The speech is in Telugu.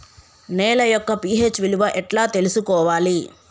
నేల యొక్క పి.హెచ్ విలువ ఎట్లా తెలుసుకోవాలి?